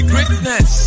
Greatness